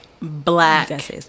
Black